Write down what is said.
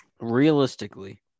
Realistically